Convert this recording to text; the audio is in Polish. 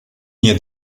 nie